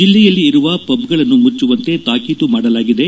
ಜಿಲ್ಲೆಯಲ್ಲಿ ಇರುವ ಪಬ್ಗಳನ್ನು ಮುಚ್ಚುವಂತೆ ತಾಕೀತು ಮಾಡಲಾಗಿದೆ